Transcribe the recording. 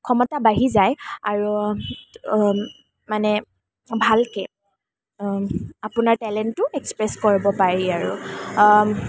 ক্ষমতা বাঢ়ি যায় আৰু মানে ভালকৈ আপোনাৰ টেলেণ্টটো এক্সপ্ৰেছ কৰিব পাৰি আৰু